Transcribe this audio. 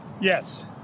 Yes